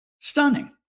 Stunning